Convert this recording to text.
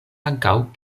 ankaŭ